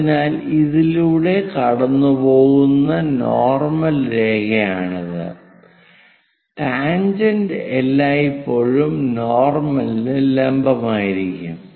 അതിനാൽ ഇതിലൂടെ കടന്നുപോകുന്ന നോർമൽ രേഖയാണിത് ടാൻജെന്റ് എല്ലായ്പ്പോഴും നോർമലിനു ലംബമായിരിക്കും